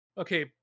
okay